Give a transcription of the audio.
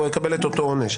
והוא יקבל את אותו עונש.